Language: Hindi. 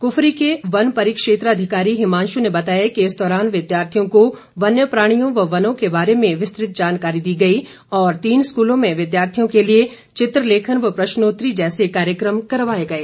कुफरी के वन परिक्षेत्राधिकारी हिमांशु ने बताया कि इस दौरान विद्यार्थियों को वन्य प्राणियों व वनों के बारे में विस्तृत जानकारी दी गई और तीन स्कूलों में विद्यार्थियों के लिए चित्रलेखन व प्रश्नोत्तरी जैसे कार्यक्रम करवाए गए